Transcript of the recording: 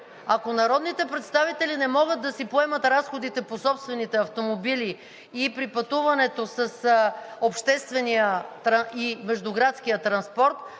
Ако народните представители не могат да си поемат разходите по собствените автомобили и при пътуването с обществения и междуградския транспорт,